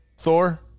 Thor